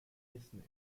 dresden